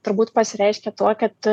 turbūt pasireiškia tuo kad